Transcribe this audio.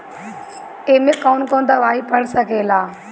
ए में कौन कौन दवाई पढ़ सके ला?